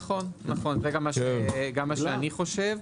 נכון, זה גם מה שאני חושב.